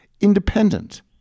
independent